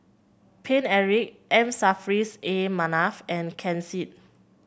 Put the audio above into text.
Paine Eric M Saffris A Manaf and Ken Seet